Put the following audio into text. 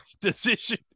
decision